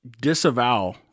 disavow